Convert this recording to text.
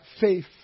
faith